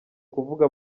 kuvuga